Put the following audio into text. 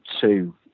two